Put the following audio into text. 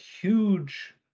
huge